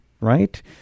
right